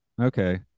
Okay